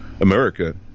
America